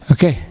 Okay